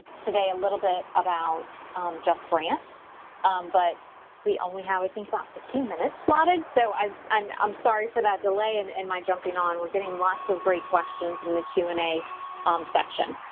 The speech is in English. today a little bit about justgrants, but we only have, i think about fifteen minutes slotted. so i'm i'm um sorry for that delay and in my jumping on, we're getting lots of great questions in the q and a section.